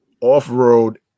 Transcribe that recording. off-road